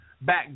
back